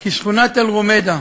כי שכונת תל-רומיידה